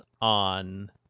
on